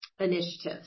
initiatives